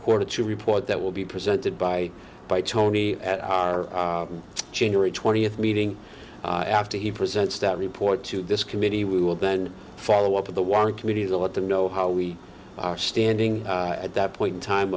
quarter to report that will be presented by by tony at our january twentieth meeting after he presents that report to this committee we will then follow up with the one committee to let them know how we are standing at that point in time